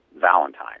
Valentine